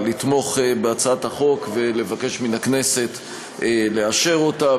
לתמוך בהצעת החוק ולבקש מן הכנסת לאשר אותה.